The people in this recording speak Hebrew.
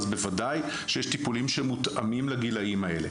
אז בוודאי שיש טיפולים שמותאמים לגילאים האלה.